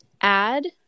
add